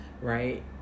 right